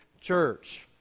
church